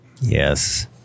yes